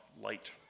light